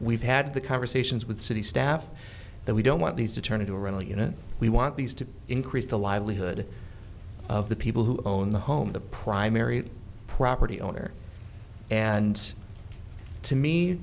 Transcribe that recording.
we've had the conversations with city staff that we don't want these to turn into a real you know we want these to increase the livelihood of the people who own the home the primary property owner and to me